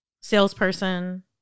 salesperson